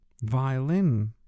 violin